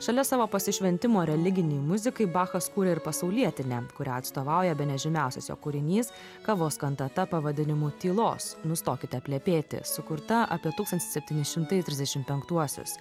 šalia savo pasišventimo religinei muzikai bachas kūrė ir pasaulietinę kurią atstovauja bene žymiausias jo kūrinys kavos kantata pavadinimu tylos nustokite plepėti sukurta apie tūkstantis septyni šimtai trisdešim penktuosius